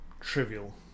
trivial